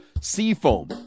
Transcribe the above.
Seafoam